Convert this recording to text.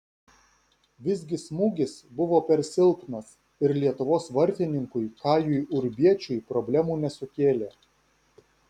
visgi smūgis buvo per silpnas ir lietuvos vartininkui kajui urbiečiui problemų nesukėlė